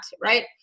Right